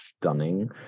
stunning